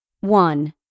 One